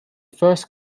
first